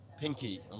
Pinky